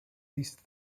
these